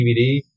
DVD